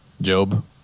Job